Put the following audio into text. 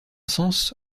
sens